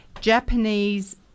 Japanese